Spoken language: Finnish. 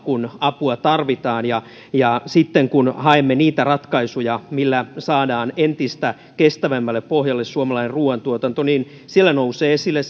kun apua tarvitaan sitten kun haemme niitä ratkaisuja millä saadaan entistä kestävämmälle pohjalle suomalainen ruuantuotanto niin siellä nousee esille